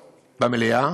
במליאה,